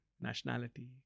nationality